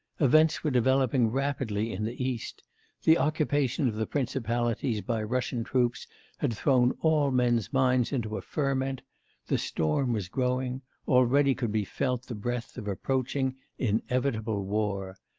events were developing rapidly in the east the occupation of the principalities by russian troops had thrown all men's minds into a ferment the storm was growing already could be felt the breath of approaching inevitable war.